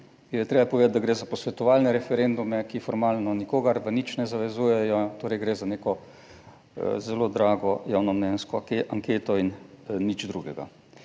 Je treba povedati, da gre za posvetovalne referendume, ki formalno nikogar v nič ne zavezujejo. Torej, gre za neko zelo drago javnomnenjsko anketo in nič drugega.